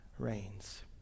reigns